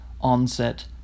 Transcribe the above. onset